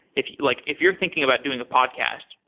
if you're like if you're thinking about doing a podcast,